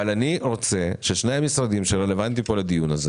אבל אני רוצה ששני המשרדים שרלוונטיים לדיון הזה